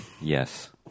Yes